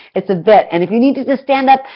it's a bit. and, if you need to to stand up,